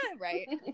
right